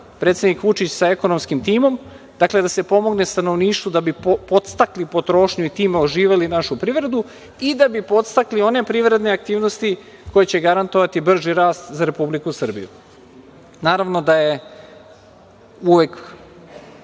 predsednik Vučić sa ekonomskim timom, dakle, da se pomogne stanovništvu da bi podstakli potrošnju i time oživeli našu privredu i da bi podstakli one privredne aktivnosti koje će garantovati brži rast za Republiku Srbiju. Naravno da je uvek